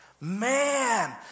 Man